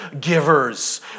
givers